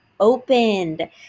Opened